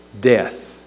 Death